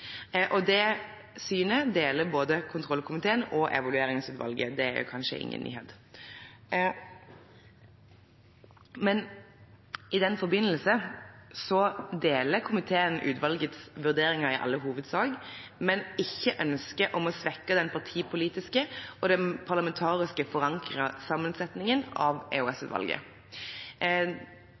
effektiv. Det synet deles av både kontrollkomiteen og Evalueringsutvalget – det er kanskje ingen nyhet. I den forbindelse deler komiteen utvalgets vurderinger i all hovedsak, men ikke ønsket om å svekke den partipolitiske og den parlamentarisk forankrede sammensetningen av